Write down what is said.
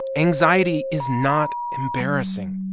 anxiety is not embarrassing.